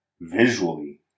visually